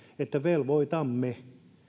että velvoitamme